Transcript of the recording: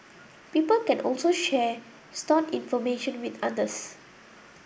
people can also share stored information with others